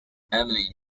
emily